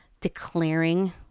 declaring